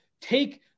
Take